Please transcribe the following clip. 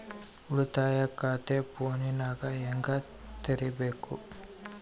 ಉಳಿತಾಯ ಖಾತೆ ಫೋನಿನಾಗ ಹೆಂಗ ತೆರಿಬೇಕು?